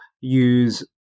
use